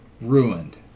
ruined